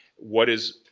what is,